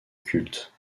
culte